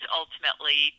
ultimately